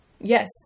Yes